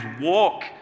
walk